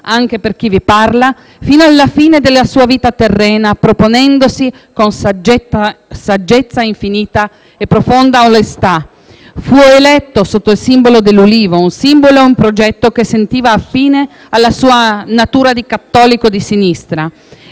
anche per chi vi parla, fino alla fine della sua vita terrena, proponendosi con saggezza infinita e profonda onestà. Fu eletto sotto il simbolo dell'Ulivo, un simbolo e un progetto che sentiva affine alla sua natura di cattolico di sinistra.